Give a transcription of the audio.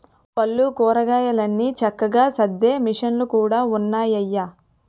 పళ్ళు, కూరగాయలన్ని చక్కగా సద్దే మిసన్లు కూడా ఉన్నాయయ్య